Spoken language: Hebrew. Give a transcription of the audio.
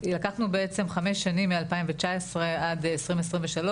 לקחנו בעצם חמש שנים מ-2019 עד 2023,